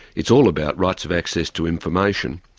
it's all about rights of access to information.